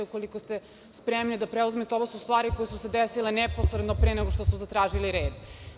Ukoliko ste spremni da preuzmete, ovo su stvari koje su se desile neposredno pre nego što su zatražili reč.